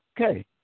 okay